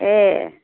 ए